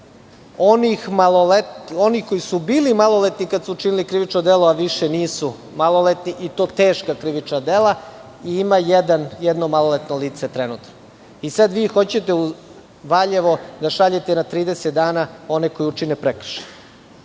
onih koji su bili maloletni kada su učinili krivično delo a više nisu maloletni, i to teška krivična dela, i ima jedno maloletno lice trenutno. Sada vi hoćete u Valjevo da šaljete na 30 dana one koji učine prekršaj.